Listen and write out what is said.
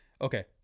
Okay